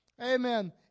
amen